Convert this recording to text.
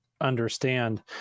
understand